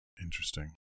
interesting